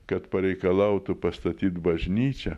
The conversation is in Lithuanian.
kad pareikalautų pastatyt bažnyčią